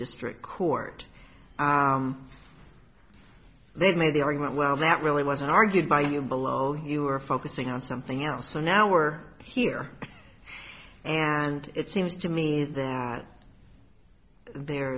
district court they've made the argument well that really wasn't argued by you below you were focusing on something else so now we're here and it seems to me that there